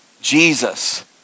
Jesus